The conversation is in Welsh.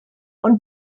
ond